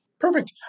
Perfect